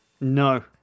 No